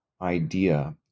idea